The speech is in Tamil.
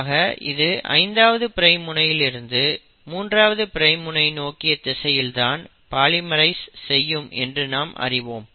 ஆக இது 5ஆவது பிரைம் முனையிலிருந்து 3ஆவது பிரைம் முனை நோக்கிய திசையில் தான் பாலிமரைஸ் செய்யும் என்று நாம் அறிவோம்